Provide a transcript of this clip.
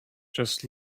just